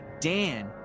Dan